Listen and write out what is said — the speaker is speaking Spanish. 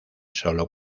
solo